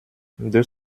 deux